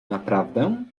naprawdę